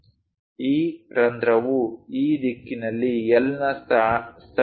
ಈ ರಂಧ್ರವು ಈ ದಿಕ್ಕಿನಲ್ಲಿ L ನ ಸ್ಥಳದಲ್ಲಿದೆ